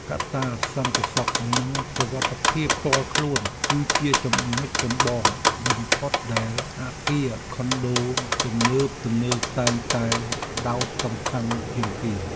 កត្តាសន្តិសុខនិងសុវត្ថិភាពផ្ទាល់ខ្លួន គឺជាចំណុចចម្បងបំផុតដែលអគារខុនដូទំនើបៗតែងតែផ្តោតសំខាន់ជាងគេ។